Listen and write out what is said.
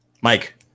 Mike